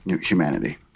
humanity